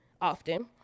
often